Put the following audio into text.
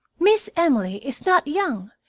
miss emily is not young,